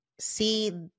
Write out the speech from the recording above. see